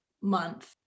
month